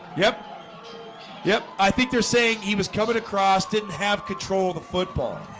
yep yep, i think they're saying he was coming across didn't have control of the football